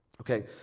Okay